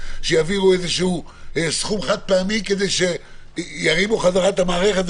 שיעבירו איזשהו סכום חד-פעמי כדי שירימו חזרה את המערכת,